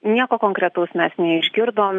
nieko konkretaus mes neišgirdom